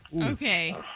Okay